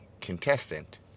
contestant